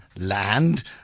land